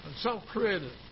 self-created